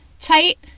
tight